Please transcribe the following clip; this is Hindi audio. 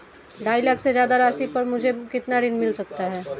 ढाई लाख से ज्यादा राशि पर मुझे कितना ऋण मिल सकता है?